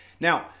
Now